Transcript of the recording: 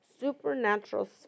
supernatural